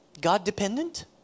God-dependent